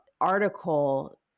article